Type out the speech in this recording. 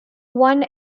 one